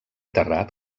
terrat